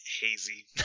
hazy